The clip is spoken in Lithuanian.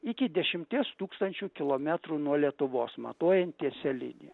iki dešimties tūkstančių kilometrų nuo lietuvos matuojant tiesia linija